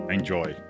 Enjoy